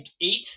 eight